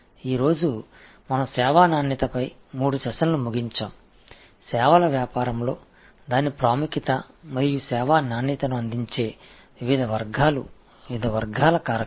இன்று சர்வீஸின் க்வாலிடி குறித்த மூன்று அமர்வுகளை நாம் முடிக்கிறோம் சர்வீஸ் வணிகத்தில் முக்கியத்துவம் மற்றும் சர்வீஸ் க்வாலிடிற்கு பங்களிக்கும் பல்வேறு வகை காரணிகள்